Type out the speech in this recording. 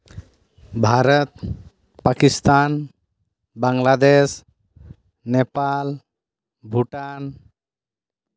Bharat Pakistan Bangladesh Nepal Bhutan